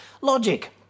logic